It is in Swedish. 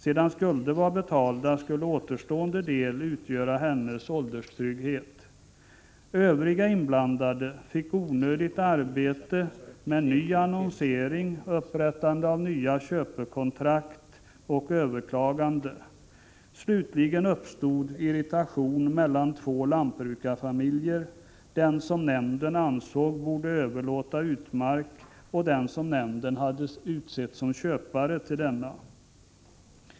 Sedan skulder var betalda skulle återstående del utgöra hennes ålderstrygghet. Övriga inblandade fick onödigt arbete med ny annonsering, upprättande av nya köpekontrakt och överklagande. Slutligen uppstod irritation mellan två lantbrukarfamiljer: den som nämnden ansåg borde överlåta utmark och den som nämnden utsett till köpare av denna.